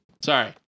Sorry